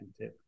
tip